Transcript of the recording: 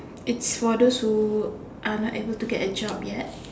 it's for those who are not able to get a job yet